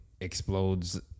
explodes